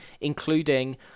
including